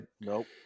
nope